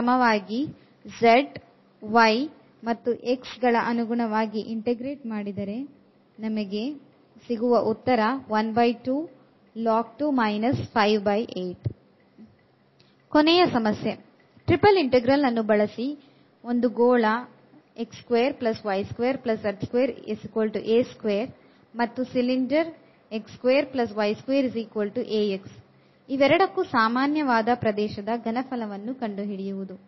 ಕೊನೆಯ ಸಮಸ್ಯೆ triple integral ಅನ್ನು ಬಳಸಿ ಗೋಳ ಮತ್ತು ಸಿಲಿಂಡರ್ ಇವೆರಡಕ್ಕೂ ಸಾಮಾನ್ಯವಾದ ಪ್ರದೇಶದ ಘನಫಲ ವನ್ನು ಕಂಡುಹಿಡಿಯುವುದು